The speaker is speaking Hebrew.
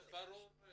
זה ברור.